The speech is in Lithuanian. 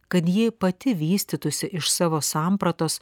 kad ji pati vystytųsi iš savo sampratos